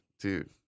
dude